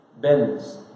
bends